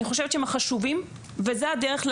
אני חושבת שהם חשובים וזו הדרך,